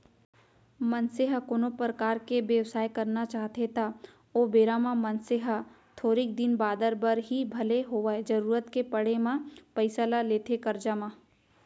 मनसे ह कोनो परकार के बेवसाय करना चाहथे त ओ बेरा म मनसे ह थोरिक दिन बादर बर ही भले होवय जरुरत के पड़े म पइसा ल लेथे करजा म